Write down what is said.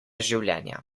življenja